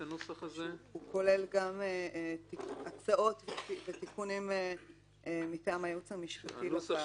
שכולל גם הצעות ותיקונים מטעם הייעוץ המשפטי לוועדה.